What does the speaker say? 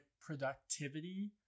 productivity